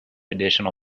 additional